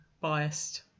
biased